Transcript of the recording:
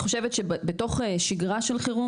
אני חושבת שבתוך מה שנקרא שגרה של חירום,